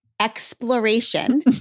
exploration